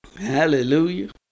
hallelujah